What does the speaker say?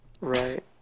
Right